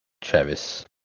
Travis